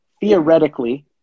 theoretically